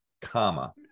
comma